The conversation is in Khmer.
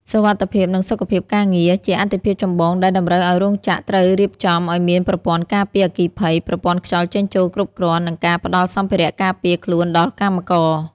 សុវត្ថិភាព និងសុខភាពការងារ ជាអាទិភាពចម្បងដែលតម្រូវឱ្យរោងចក្រត្រូវរៀបចំឱ្យមានប្រព័ន្ធការពារអគ្គិភ័យ ប្រព័ន្ធខ្យល់ចេញចូលគ្រប់គ្រាន់ និងការផ្ដល់សម្ភារៈការពារខ្លួនដល់កម្មករ។